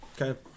Okay